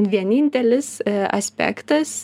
vienintelis aspektas